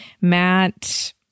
Matt